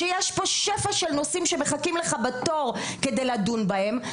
שיש פה שפע של נושאים שמחכים לך בתור כדי לדון בהם,